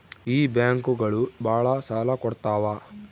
ಈ ಬ್ಯಾಂಕುಗಳು ಭಾಳ ಸಾಲ ಕೊಡ್ತಾವ